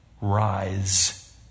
Rise